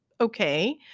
okay